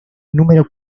número